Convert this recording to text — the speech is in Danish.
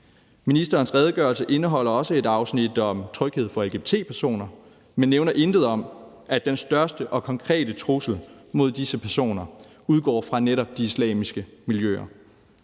Ministerens redegørelse indeholder også et afsnit om tryghed for lgbt-personer, men nævner intet om, at den største og mest konkrete trussel mod disse personer udgår fra netop de islamiske miljøer.